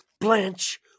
Blanche